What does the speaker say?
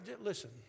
listen